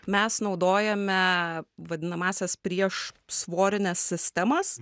mes naudojame vadinamąsias prieš svorines sistemas